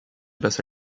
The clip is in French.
basse